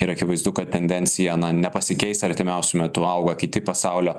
ir akivaizdu kad tendencija nepasikeis artimiausiu metu auga kiti pasaulio